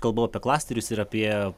kalbu apie klasterius ir apie